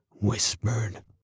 whispered